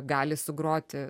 gali sugroti